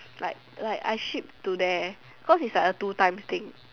like like I ship to there cause it's like a two times thing